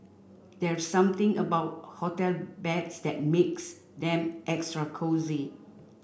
there's something about hotel beds that makes them extra cosy